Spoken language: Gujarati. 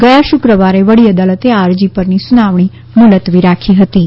ગયા શુક્રવારે વડી અદાલતે આ અરજી પરની સુનવાણી મુલતવી રાખી હતીં